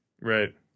Right